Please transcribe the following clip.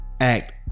act